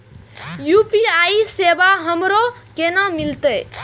UPI सेवा हमरो केना मिलते?